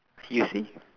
you see